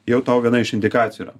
jau tau viena iš indikacijų yra